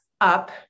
up